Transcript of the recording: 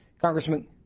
Congressman